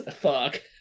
Fuck